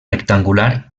rectangular